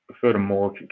furthermore